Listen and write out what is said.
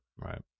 Right